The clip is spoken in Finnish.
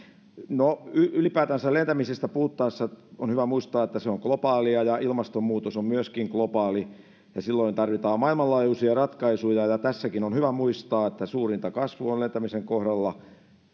no ylipäätänsä lentämisestä puhuttaessa on hyvä muistaa että se on globaalia ja ilmastonmuutos on myöskin globaali ja silloin tarvitaan maailmanlaajuisia ratkaisuja tässäkin on hyvä muistaa että suurinta kasvua on lentämisen kohdalla